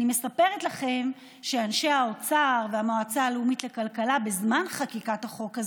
אני מספרת לכם שאנשי האוצר והמועצה הלאומית לכלכלה הציגו